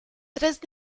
tres